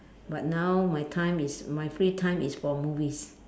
but now my time is my free time is for movies